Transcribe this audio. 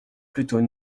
plutôt